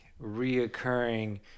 reoccurring